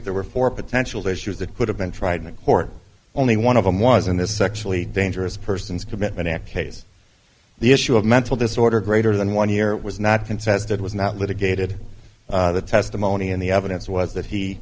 there were four potential issues that could have been tried in a court only one of them was in this sexually dangerous persons commitment in a case the issue of mental disorder greater than one here was not contested was not litigated the testimony in the evidence was that he